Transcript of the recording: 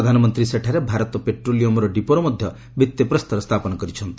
ପ୍ରଧାନମନ୍ତ୍ରୀ ସେଠାରେ ଭାରତ ପେଟ୍ରୋଲିୟମ୍ ଡିପୋର ମଧ୍ୟ ଭିଭିପ୍ରସ୍ତର ସ୍ଥାପନ କରିଛନ୍ତି